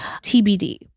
TBD